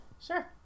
Sure